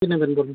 কী নেবেন বলুন